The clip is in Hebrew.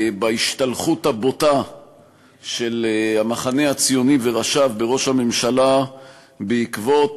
בהשתלחות הבוטה של המחנה הציוני וראשיו בראש הממשלה בעקבות